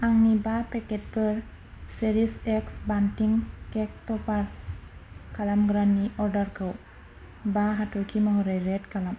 आंनि बा पेकेटफोर चेरिश एक्स बान्थिं केक टपार खालामग्रानि अर्डारखौ बा हाथरखि महरै रेट खालाम